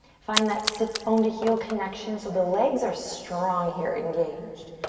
find that sits bone to heel connection. so the legs are strong here, engaged.